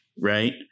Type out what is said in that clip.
right